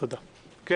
יש